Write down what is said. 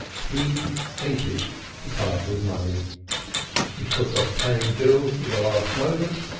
he hated to part with money he put off paying bills to the last moment,